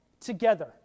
together